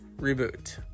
reboot